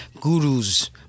gurus